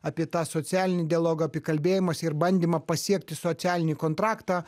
apie tą socialinį dialogą apie kalbėjimąsi ir bandymą pasiekti socialinį kontraktą